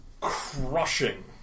crushing